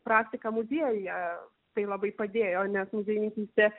praktika muziejuje tai labai padėjo nes muziejininkystė